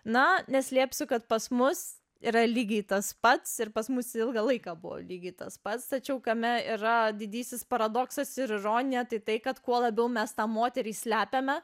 na neslėpsiu kad pas mus yra lygiai tas pats ir pas mus ilgą laiką buvo lygiai tas pats tačiau kame yra didysis paradoksas ir ironija tai tai kad kuo labiau mes tą moterį slepiame